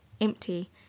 empty